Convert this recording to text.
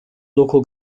local